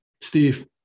Steve